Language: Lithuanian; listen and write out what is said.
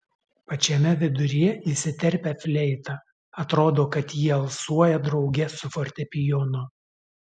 pačiame viduryje įsiterpia fleita atrodo kad ji alsuoja drauge su fortepijonu